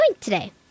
today